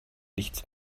nichts